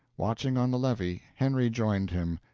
watching on the levee, henry joined him,